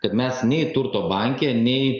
kad mes nei turto banke nei